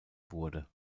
wurde